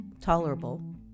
tolerable